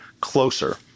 closer